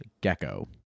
gecko